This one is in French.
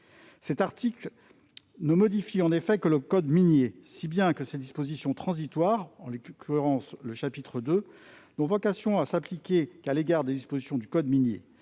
cette loi ne modifie que le code minier, si bien que ses dispositions transitoires, en l'occurrence son II, n'ont vocation à s'appliquer qu'à l'égard de dispositions du code minier.